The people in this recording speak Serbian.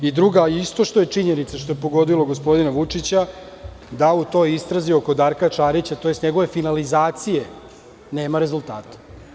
Drugo, isto što je činjenica i što je pogodilo gospodina Vučića, u toj istrazi oko Darka Šarića, tj. njegove finalizacije, nema rezultata.